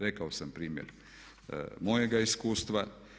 Rekao sam primjer mojega iskustva.